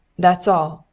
that's all.